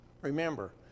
Remember